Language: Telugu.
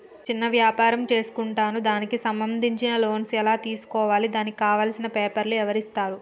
చిన్న వ్యాపారం చేసుకుంటాను దానికి సంబంధించిన లోన్స్ ఎలా తెలుసుకోవాలి దానికి కావాల్సిన పేపర్లు ఎవరిస్తారు?